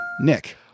Nick